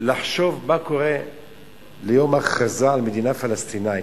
לחשוב מה קורה ביום ההכרזה על מדינה פלסטינית,